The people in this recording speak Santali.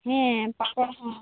ᱦᱮᱸ ᱯᱟᱯᱚᱲ ᱦᱚᱸ